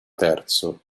terzo